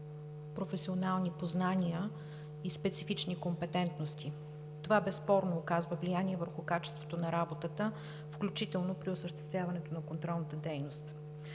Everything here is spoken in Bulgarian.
професионални познания и специфични компетентности. Това безспорно оказва влияние върху качеството на работата, включително при осъществяването на контролната дейност.